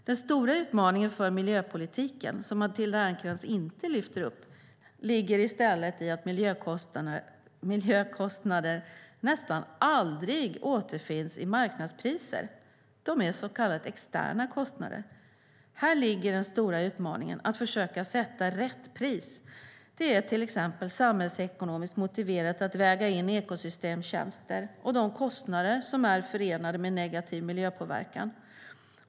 Den stora utmaningen för miljöpolitiken, som Matilda Ernkrans inte lyfter upp, ligger i stället i att miljökostnader nästan aldrig återfinns i marknadspriser. De är så kallade externa kostnader. Här ligger den stora utmaningen: att försöka sätta rätt pris. Det är till exempel samhällsekonomiskt motiverat att väga in ekosystemtjänster och de kostnader som är förenade med negativ miljöpåverkan.